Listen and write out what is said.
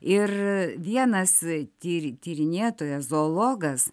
ir vienas tyr tyrinėtojas zoologas